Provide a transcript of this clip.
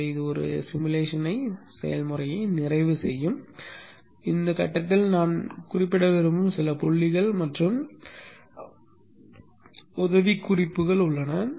எனவே இது ஒரு உருவகப்படுத்துதல் செயல்முறையை நிறைவு செய்கிறது இந்த கட்டத்தில் நான் குறிப்பிட விரும்பும் சில புள்ளிகள் மற்றும் உதவிக்குறிப்புகள் உள்ளன